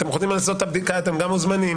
אתם יכולים לעשות את הבדיקה, אתם גם מוזמנים.